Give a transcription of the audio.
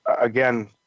again